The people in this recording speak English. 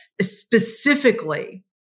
specifically